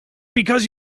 because